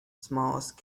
smallest